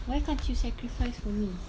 why can't you sacrifice for me